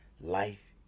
life